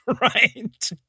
right